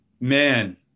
Man